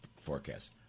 forecast